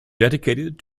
dedicated